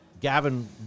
Gavin